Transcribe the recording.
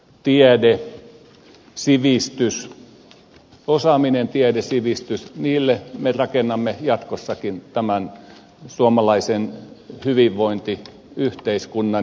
tiede että osaaminen tiede sivistys niille me rakennamme jatkossakin tämän suomalaisen hyvinvointiyhteiskunnan